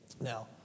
Now